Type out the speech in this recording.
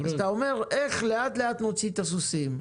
אז אתה חושב איך נוציא לאט-לאט את הסוסים,